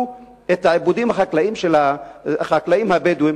את העיבודים החקלאיים של החקלאים הבדואים,